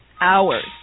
hours